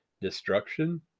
destruction